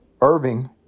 Irving